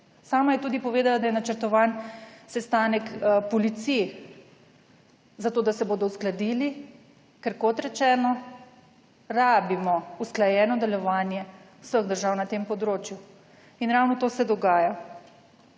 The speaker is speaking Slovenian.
Sama je tudi povedala, da je načrtovan sestanek policij za to, da se bodo uskladili, ker kot rečeno, rabimo usklajeno delovanje vseh držav na tem področju in ravno to se dogaja.